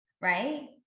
right